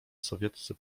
sowieccy